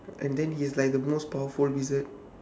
and then he is like the most powerful wizard